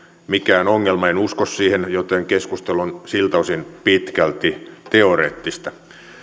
mikään ongelma en usko siihen joten keskustelu on siltä osin pitkälti teoreettista